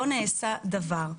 לא נעשה דבר.